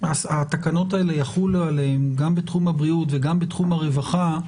שהתקנות האלה יחולו עליהם גם בתחום הבריאות וגם בתחום הרווחה,